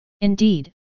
Indeed